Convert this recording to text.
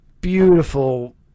beautiful